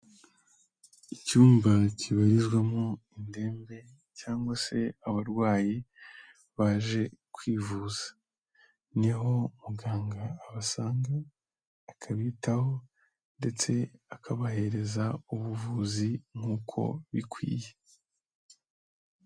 Icyumba kibarizwamo indembe cyangwa se abarwayi baje kwivuza, ni ho muganga abasanga, akabitaho ndetse akabahereza ubuvuzi nk'uko bikwiye.